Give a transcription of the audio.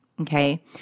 Okay